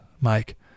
Mike